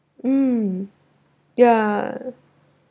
mm yeah